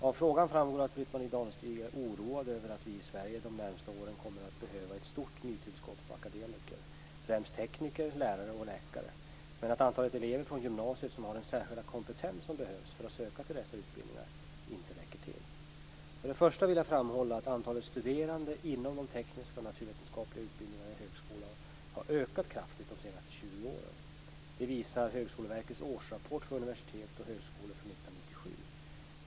Av frågan framgår att Britt-Marie Danestig är oroad över att vi i Sverige de närmaste åren kommer att behöva ett stort nytillskott på akademiker, främst tekniker, lärare och läkare, och att antalet elever från gymnasiet som har den särskilda kompetens som behövs för att söka till dessa utbildningar inte räcker till. Först och främst vill jag framhålla att antalet studerande inom de tekniska och naturvetenskapliga utbildningarna i högskolan har ökat kraftigt de senaste 20 åren. Detta visar Högskoleverkets årsrapport för universitet och högskolor för 1997.